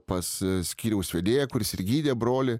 pas skyriaus vedėją kuris ir gydė brolį